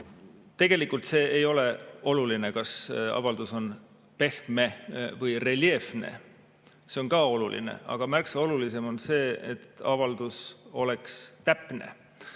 Tegelikult see ei ole oluline, kas avaldus on pehme või reljeefne. See on küll ka oluline. Aga märksa olulisem on see, et avaldus oleks täpne. Eesti